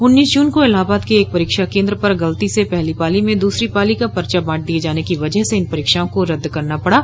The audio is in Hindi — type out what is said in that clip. उन्नीस जून को इलाहाबाद के एक परीक्षा केन्द्र पर गलती से पहली पाली में दूसरी पाली का पर्चा बांट दिये जाने की वजह से इन परीक्षाओं को रद्द करना पड़ा